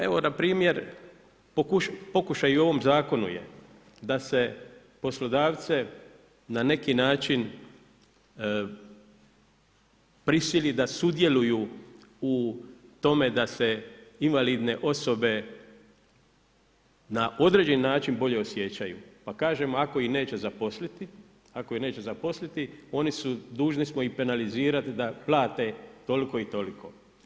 Evo npr. pokušaj i u ovom zakonu je da se poslodavce na neki način prisili da sudjeluju u tome da se invalidne osobe na određeni način bolje osjećaju, pa kažemo ako ih neće zaposliti oni su dužni smo ih penalizirati da plate toliko i toliko.